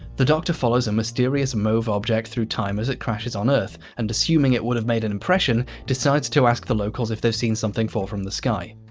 the doctor follows a mysterious mauve object through time as it crashes on earth and assuming it would have made an impression, decides to ask the locals if they've seen something fall from the sky.